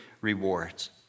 rewards